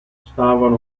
stavano